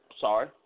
Sorry